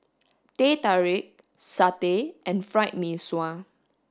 teh tarik satay and fried mee sua